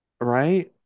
Right